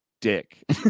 Dick